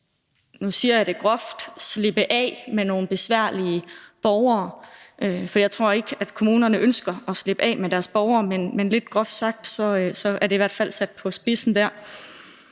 nu siger jeg det groft – slippe af med nogle besværlige borgere. Jeg tror ikke, at kommunerne ønsker at slippe af med deres borgere, men jeg siger det lidt groft for at sætte det